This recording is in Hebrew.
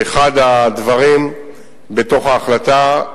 ואחד הדברים בתוך ההחלטה,